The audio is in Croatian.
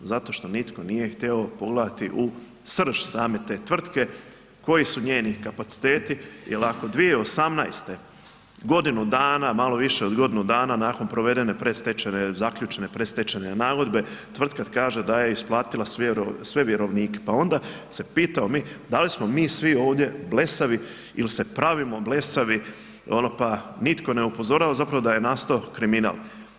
Zato što nitko nije htio pogledati u srž same te tvrtke, koji su njeni kapaciteti jel ako 2018., godinu dana, malo više od godinu dana nakon provedene predstečajne, zaključene predstečajne nagodbe, tvrtka kaže da je isplatila sve vjerovnike, pa onda se pitamo mi da li smo mi svi ovdje blesavi il se pravimo blesavi, pa nitko ne upozorava zapravo da je nastao kriminal.